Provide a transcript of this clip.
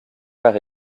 par